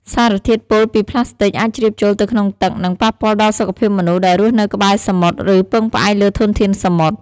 សារធាតុពុលពីប្លាស្ទិក អាចជ្រាបចូលទៅក្នុងទឹក និងប៉ះពាល់ដល់សុខភាពមនុស្សដែលរស់នៅក្បែរសមុទ្រ ឬពឹងផ្អែកលើធនធានសមុទ្រ។